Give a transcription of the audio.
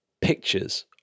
pictures